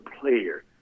player